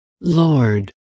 Lord